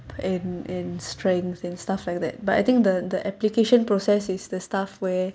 and and strength and stuff like that but I think the the application process is the stuff where